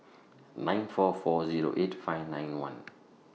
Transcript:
nine four four Zero eight five nine one